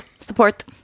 Support